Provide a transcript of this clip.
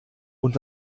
und